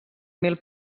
mil